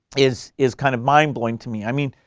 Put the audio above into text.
is is kind of mind-blowing to me. i mean,